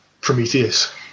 Prometheus